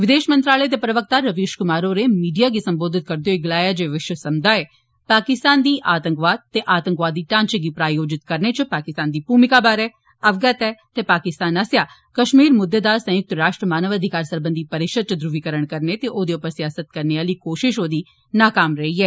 विदेश मंत्रालय दे प्रवक्ता रविश कुमार होरें मीडिया गी संबोधित करदे होई गलाया जे विश्व समुदाय पाकिस्तान दी आतंकवाद ते आतंकवादी ढ़ांचे गी प्रायोजित करने च पाकिस्तान दी भूमिका बारै अवगत ऐ ते पाकिस्तान आस्सेआ कश्मीर मुद्दे दा संयुक्त राष्ट्र मानव अधिकार सरबंधी परिषद च घुवीकरण करन ते ओह्दे उप्पर सियासत करने आह्ली कोशिश नाकाम रेई ऐ